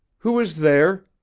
who is there?